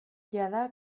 jada